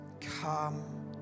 Come